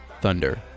Thunder